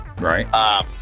Right